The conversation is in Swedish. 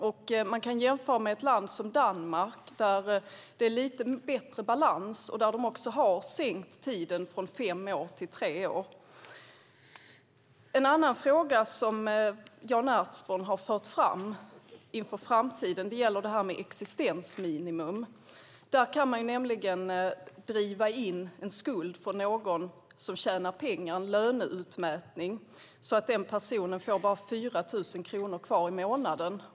Vi kan jämföra med ett land som Danmark, där det är lite bättre balans och där man också har sänkt tiden från fem år till tre år. En annan fråga som Jan Ertsborn har fört fram inför framtiden gäller existensminimum. Man kan nämligen driva in en skuld från någon som tjänar pengar med löneutmätning så att personen får bara 4 000 kronor kvar i månaden.